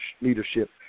leadership